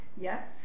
Yes